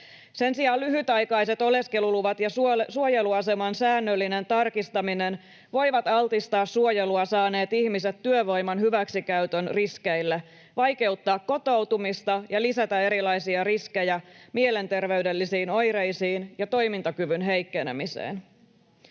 Sen sijaan lyhytaikaiset oleskeluluvat ja suojeluaseman säännöllinen tarkistaminen voivat altistaa suojelua saaneet ihmiset työvoiman hyväksikäytön riskeille, vaikeuttaa kotoutumista ja lisätä erilaisia riskejä mielenterveydellisiin oireisiin ja toimintakyvyn heikkenemiseen.